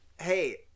Hey